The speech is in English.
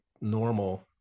normal